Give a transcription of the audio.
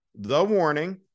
thewarning